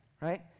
right